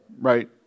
right